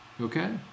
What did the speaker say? Okay